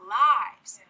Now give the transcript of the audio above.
lives